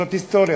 זאת היסטוריה,